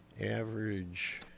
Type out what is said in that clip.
Average